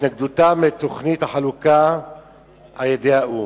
והתנגדותם לתוכנית החלוקה שנתקבלה על-ידי האו"ם.